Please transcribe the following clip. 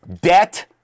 debt